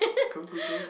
cool cool cool